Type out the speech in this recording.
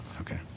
Okay